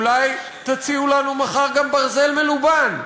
אולי תציעו לנו מחר גם ברזל מלובן.